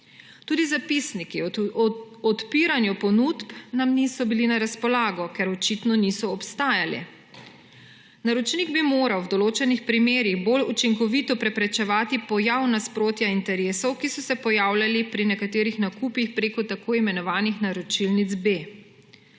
Tudi zapisniki o odpiranju ponudb nam niso bili na razpolago, ker očitno niso obstajali. Naročnik bi moral v določenih primerih bolj učinkovito preprečevati pojav nasprotja interesov, ki so se pojavljali pri nekaterih nakupih preko tako imenovanih naročilnic B.